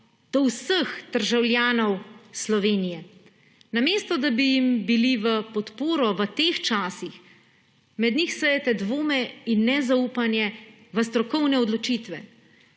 do vseh državljanov Slovenije. Namesto da bi jim bili v podporo v teh časih, med njih sejete dvome in nezaupanje v strokovne odločitve.